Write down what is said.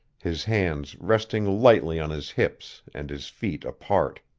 his hands resting lightly on his hips and his feet apart.